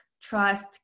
trust